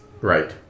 Right